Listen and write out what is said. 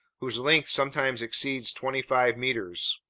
whose length sometimes exceeds twenty-five meters.